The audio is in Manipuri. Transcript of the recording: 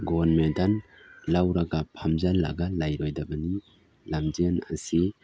ꯒꯣꯜꯗ ꯃꯦꯗꯟ ꯂꯧꯔꯒ ꯐꯝꯖꯜꯂꯒ ꯂꯩꯔꯣꯏꯗꯕꯅꯤ ꯂꯝꯖꯦꯟ ꯑꯁꯤ